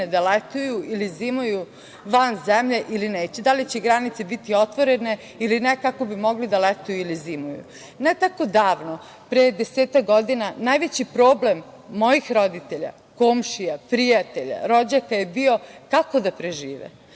da letuju ili zimuju van zemlje ili neće, da li će granice biti otvorene ili ne, kako bi mogli da letuju ili zimuju? Ne tako davno pre desetak godina najveći problem mojih roditelja, komšija, prijatelja, rođaka je bio kako da prežive,